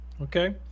okay